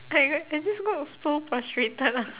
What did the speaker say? like I just got so frustrated lah